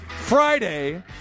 Friday